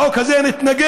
לחוק הזה נתנגד,